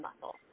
muscle